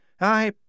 I